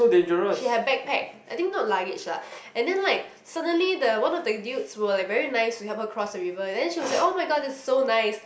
she had backpack I think not luggage lah and then like suddenly the one of the dudes were like very nice to help her cross the river then she was like oh-my-god that's so nice